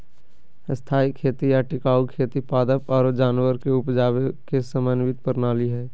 स्थायी खेती या टिकाऊ खेती पादप आरो जानवर के उपजावे के समन्वित प्रणाली हय